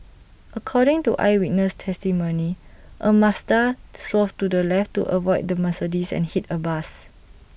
according to eyewitness testimony A Mazda swerved to the left to avoid the Mercedes and hit A bus